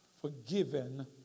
forgiven